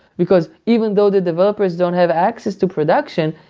because even though the developers don't have access to production,